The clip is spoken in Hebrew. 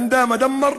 אם תימשך,